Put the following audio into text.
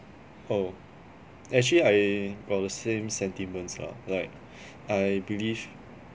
oh actually I got the same sentiments lah like I believe